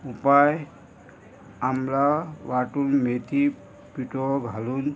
उपाय आमला वांटून मेथी पिठो घालून